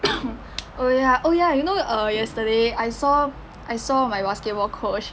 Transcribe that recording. oh ya oh ya you know uh yesterday I saw I saw my basketball coach